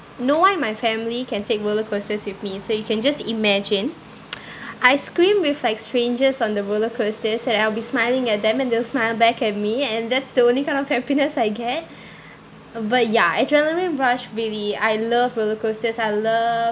no one in my family can take roller coasters with me so you can just imagine I scream with like strangers on the roller coasters and I'll be smiling at them and they'll smile back at me and that's the only kind of happiness I get uh but ya adrenaline rush really I love roller coasters I love